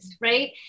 right